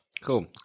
Cool